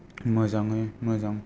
मोजाङै मोजां